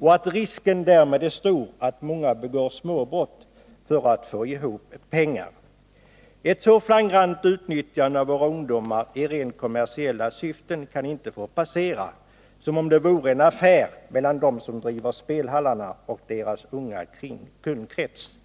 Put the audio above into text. och att risken därmed är stor för att många begår småbrott för att få ihop pengar. Ett så flagrant utnyttjande av ungdomar i rent kommersiella syften kan inte få passera som om det vore en affär mellan dem som driver spelhallarna och deras unga kundkrets.